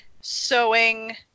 sewing